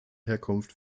herkunft